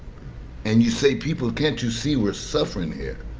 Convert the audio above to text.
and you say, people, can't you see we're suffering here?